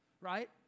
right